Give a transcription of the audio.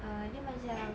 ah dia macam